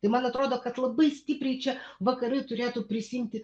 tai man atrodo kad labai stipriai čia vakarai turėtų prisiimti